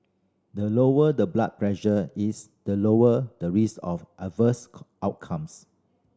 the lower the blood pressure is the lower the risk of adverse outcomes